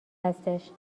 هستش